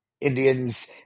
Indians